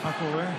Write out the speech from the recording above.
מה קורה?